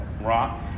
Rock